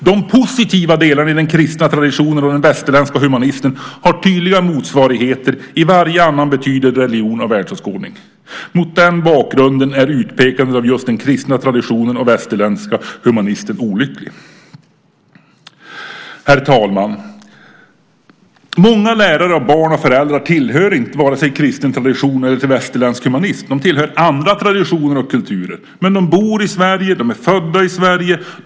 De positiva delarna i den kristna traditionen och den västerländska humanismen har tydliga motsvarigheter i varje annan betydande religion och världsåskådning. Mot den bakgrunden är utpekandet av just den kristna traditionen och västerländska humanismen olycklig. Herr talman! Många lärare, barn och föräldrar tillhör varken kristen tradition eller västerländsk humanism. De tillhör andra traditioner och kulturer. Men de bor i Sverige. De är födda i Sverige.